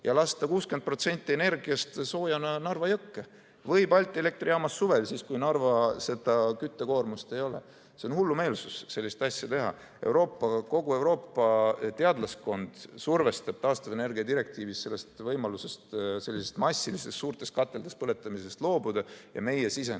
ja lasta 60% energiast soojana Narva jõkke või Balti Elektrijaamas suvel, kui Narvas küttekoormust ei ole. On hullumeelsus sellist asja teha. Kogu Euroopa teadlaskond survestab taastuvenergia direktiivis loobuma võimalusest massiliselt suurtes kateldes põletada. Ja meie siseneme